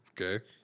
Okay